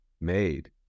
made